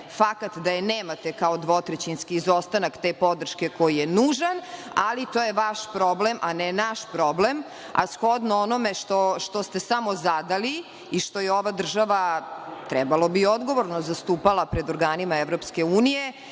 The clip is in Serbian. fakat da je nemate kao dvotrećinski izostanak te podrške koji je nužan, ali to je vaš problem, a ne naš problem, a shodno onome što ste samo zadali i što je ova država, trebalo bi, odgovorno zastupala pred organima EU,